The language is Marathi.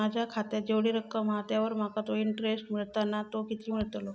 माझ्या खात्यात जेवढी रक्कम हा त्यावर माका तो इंटरेस्ट मिळता ना तो किती मिळतलो?